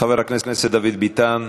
חבר הכנסת דוד ביטן.